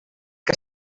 que